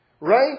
Right